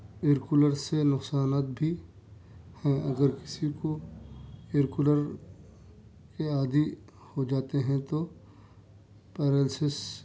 year cooler سے نقصانات بھی ہیں اگر کسی کو ایئر کولر کے عادی ہو جاتے ہیں تو پیرالسس